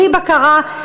בלי בקרה.